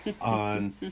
on